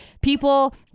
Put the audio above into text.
people